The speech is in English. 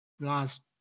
last